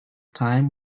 time